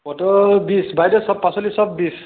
পটল বিশ বাইদেউ সব পাচলি সব বিশ